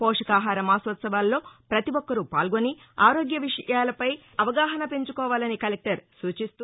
పౌష్టికాహార మాసోత్సవాల్లో ప్రతి ఒక్కరూ పాల్గొని ఆరోగ్య నియమాలపై అవగాహన పెంచుకోవాలని కలెక్టర్ సూచిస్తూ